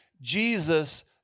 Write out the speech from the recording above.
Jesus